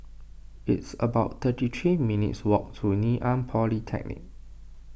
it's about thirty three minutes' walk to Ngee Ann Polytechnic